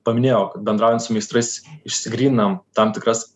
paminėjau kad bendraujant su meistrais išsigryninam tam tikras